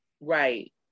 Right